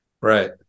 Right